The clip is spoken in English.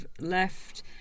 left